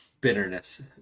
bitterness